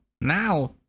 now